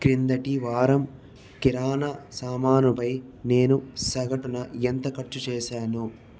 క్రిందటి వారం కిరాణా సామానుపై నేను సగటున ఎంత ఖర్చు చేశాను